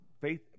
faith